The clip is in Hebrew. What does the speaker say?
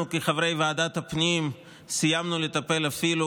אנחנו כחברי ועדת הפנים סיימנו לטפל אפילו